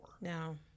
No